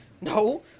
No